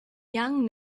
young